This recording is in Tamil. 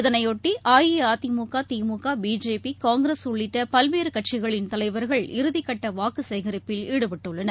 இதனையொட்டி அஇஅதிமுக திமுக பிஜேபி காங்கிரஸ் உள்ளிட்டபல்வேறுகட்சிகளின் தலைவர்கள் இறுதிக்கட்டவாக்குசேகரிப்பில் ஈடுபட்டுள்ளனர்